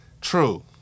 True